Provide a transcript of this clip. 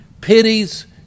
pities